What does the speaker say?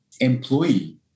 employee